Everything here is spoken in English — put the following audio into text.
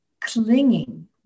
clinging